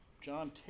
John